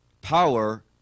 power